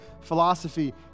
philosophy